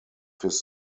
his